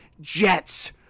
Jets